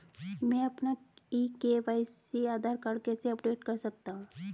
मैं अपना e KYC Aadhaar card कैसे अपडेट कर सकता हूँ?